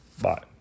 Bye